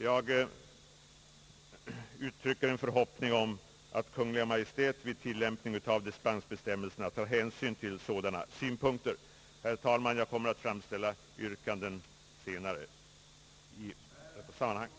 Jag uttrycker en förhoppning om att Kungl. Maj:t vid tillämpningen av dispensbestämmelserna måtte ta hänsyn till de synpunkter jag här anfört. Herr talman! Jag kommer senare att framställa yrkanden i detta ärende.